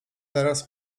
teraz